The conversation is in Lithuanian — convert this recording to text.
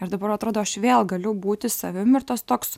ir dabar atrodo aš vėl galiu būti savim ir tas toks